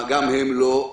גם הם לא,